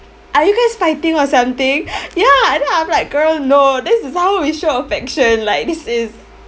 are you guys fighting or something ya then I'm like girl no this is how we show affection like this is